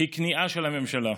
הוא כניעה של הממשלה.